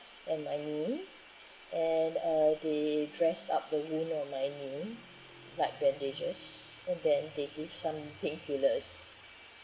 and my knee and uh they dress up the wound on my knee like bandages and then they give some painkillers